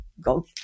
Go